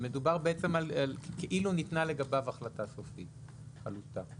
שמדובר על כאילו ניתנה לגביו החלטה סופית חלוטה.